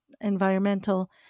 environmental